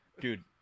Dude